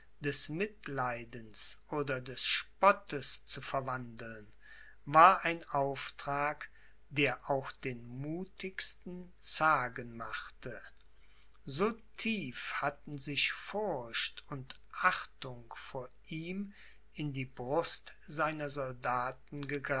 des mitleidens oder des spottes zu verwandeln war ein auftrag der auch den muthigsten zagen machte so tief hatten sich furcht und achtung vor ihm in die brust seiner